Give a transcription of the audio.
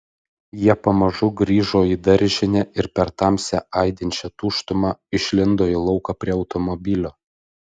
jie pamažu grįžo į daržinę ir per tamsią aidinčią tuštumą išlindo į lauką prie automobilio